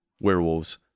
werewolves